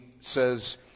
says